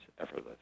effortless